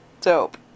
Dope